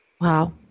Wow